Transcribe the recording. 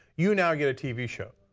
you now get a tv show.